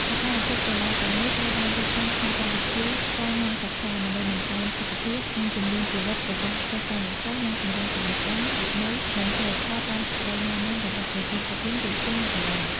សកម្មភាពកីឡាទាំងនេះត្រូវបានរៀបចំក្នុងកម្មវិធីក្រៅម៉ោងសិក្សា ដើម្បីបង្កើនសុខភាព និងជំនាញជីវិតរបស់សិស្សានុសិស្ស និងពង្រឹងចំណេះដឹង វិន័យ និងសីលធម៌តាមសេចក្តីណែនាំរបស់ក្រសួងអប់រំ យុវជន និងកីឡា។